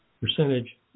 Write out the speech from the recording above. percentage